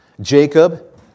Jacob